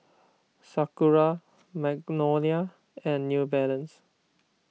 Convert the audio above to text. Sakura Magnolia and New Balance